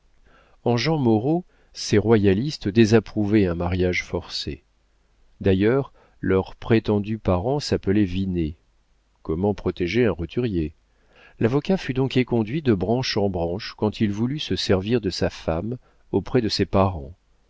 en gens moraux ces royalistes désapprouvaient un mariage forcé d'ailleurs leur prétendu parent s'appelait vinet comment protéger un roturier l'avocat fut donc éconduit de branche en branche quand il voulut se servir de sa femme auprès de ses parents